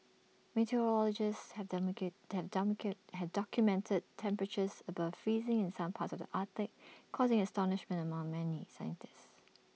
meteorologists have have have documented temperatures above freezing in some parts of the Arctic causing astonishment among many scientists